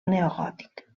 neogòtic